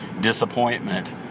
disappointment